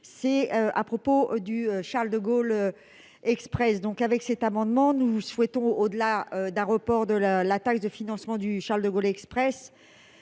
c'est à propos du Charles-de-Gaulle Express donc avec cet amendement, nous souhaitons au delà d'un report de la taxe de financement du Charles-de-Gaulle Express